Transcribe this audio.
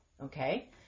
Okay